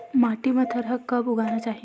माटी मा थरहा कब उगाना चाहिए?